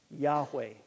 Yahweh